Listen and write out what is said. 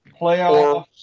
playoffs